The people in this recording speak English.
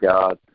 God